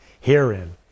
herein